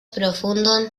profundon